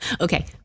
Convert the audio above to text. Okay